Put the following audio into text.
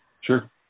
Sure